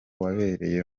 wabereye